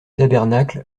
tabernacle